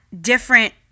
different